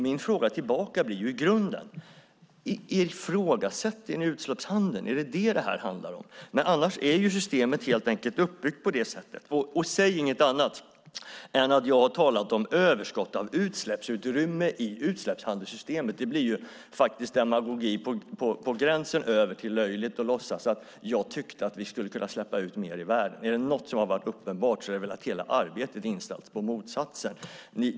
Min fråga tillbaka blir i grunden: Ifrågasätter ni utsläppshandeln? Är det vad detta handlar om? Systemet är helt enkelt uppbyggt på det sättet. Säg inget annat än att jag har talat om överskott av utsläppsutrymme i utsläppshandelssystemet. Det blir demagogi på gränser över till löjligt att låtsas att jag tyckte att vi skulle kunna släppa ut mer i världen. Är det någonting som är uppenbart är det att hela arbetet är inställt på motsatsen.